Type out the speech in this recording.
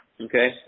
okay